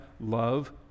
love